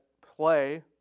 play